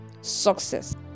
success